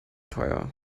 teuer